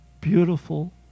beautiful